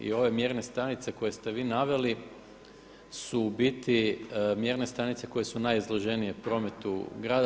I ove mjerne stanice koje ste vi naveli su u biti mjerne stanice koje su najizloženije prometu grada.